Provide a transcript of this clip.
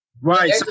Right